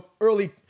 early